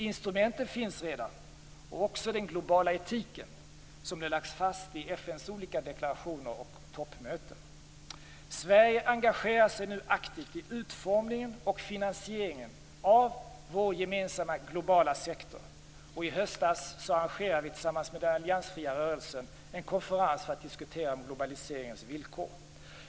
Instrumenten finns redan och också den globala etiken som den lagts fast i FN:s olika deklarationer och vid toppmöten. Sverige engagerar sig nu aktivt i utformningen och finansieringen av vår gemensamma globala sektor. Och i höstas arrangerade vi tillsammans med den alliansfria rörelsen en konferens för att diskutera globaliseringens villkor.